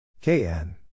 KN